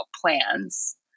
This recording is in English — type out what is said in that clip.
plans